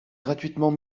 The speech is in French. gratuitement